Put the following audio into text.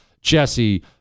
Jesse